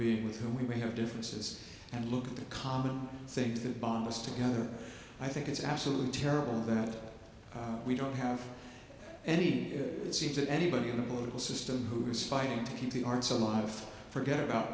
being with whom we have differences and look at the common things that bond us together i think it's absolutely terrible that we don't have any it seems that anybody in the political system who is fighting to keep the arts a lot of forget about